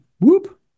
whoop